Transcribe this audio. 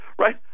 right